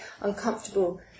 uncomfortable